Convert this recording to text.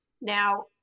Now